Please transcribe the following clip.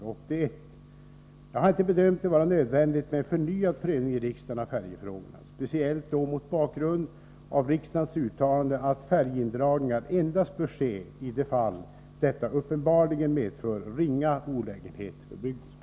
Jag har inte bedömt det vara nödvändigt med en förnyad prövning i riksdagen av färjefrågorna, speciellt då mot bakgrund av riksdagens uttalande att färjeindragningar endast bör ske i de fall detta uppenbarligen medför ringa olägenhet för bygden.